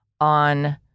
on